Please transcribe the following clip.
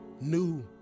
new